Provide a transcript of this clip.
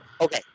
okay